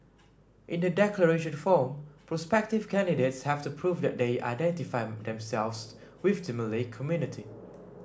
in the declaration form prospective candidates have to prove that they identify themselves with the Malay community